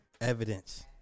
Evidence